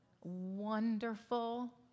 wonderful